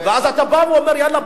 ואז אתה בא ואומר: יאללה,